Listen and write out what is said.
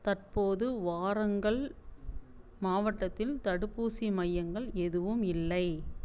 தற்போது வாரங்கல் மாவட்டத்தில் தடுப்பூசி மையங்கள் எதுவும் இல்லை